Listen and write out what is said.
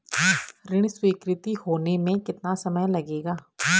ऋण स्वीकृति होने में कितना समय लगेगा?